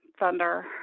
thunder